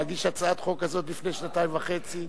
להגיש הצעת חוק כזאת לפני שנתיים וחצי?